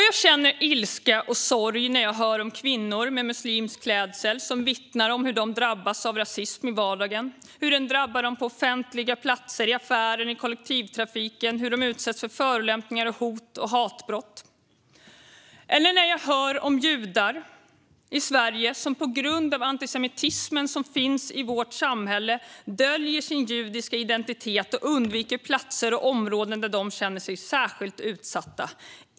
Jag känner ilska och sorg när jag hör om kvinnor med muslimsk klädsel som vittnar om hur de drabbas av rasism i vardagen, hur den drabbar dem på offentliga platser, i affären och i kollektivtrafiken och hur de utsätts för förolämpningar, hot och hatbrott. Jag känner ilska och sorg när jag hör om judar i Sverige som på grund av antisemitismen som finns i vårt samhälle döljer sin judiska identitet och undviker platser och områden där de känner sig särskilt utsatta.